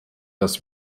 dass